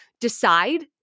Decide